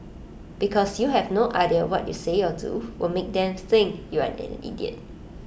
because you have no idea what you say or do will make them think you're an idiot